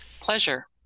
Pleasure